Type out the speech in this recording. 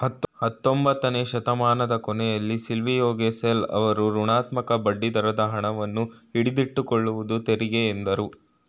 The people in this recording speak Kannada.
ಹತ್ತೊಂಬತ್ತನೆ ಶತಮಾನದ ಕೊನೆಯಲ್ಲಿ ಸಿಲ್ವಿಯೋಗೆಸೆಲ್ ಅವ್ರು ಋಣಾತ್ಮಕ ಬಡ್ಡಿದರದ ಹಣವನ್ನು ಹಿಡಿದಿಟ್ಟುಕೊಳ್ಳುವ ತೆರಿಗೆ ಎಂದ್ರು